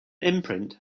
imprint